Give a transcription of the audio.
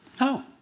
No